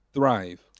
Thrive